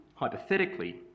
Hypothetically